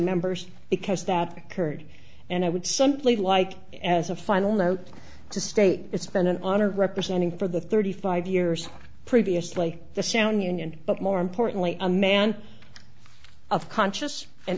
members because that occurred and i would simply like as a final note to state it's been an honor representing for the thirty five years previously the sound union but more importantly a man of conscious and